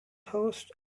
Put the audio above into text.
host